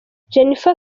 jennifer